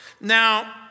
Now